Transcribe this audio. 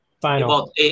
Final